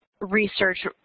research